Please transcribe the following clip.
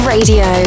Radio